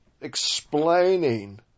explaining